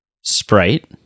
Sprite